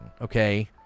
Okay